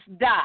die